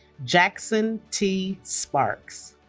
jackson t. sparks